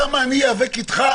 שם אני איאבק איתך,